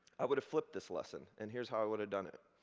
i would have flipped this lesson, and here is how i would have done it.